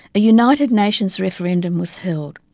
a united nations referendum was held.